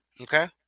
Okay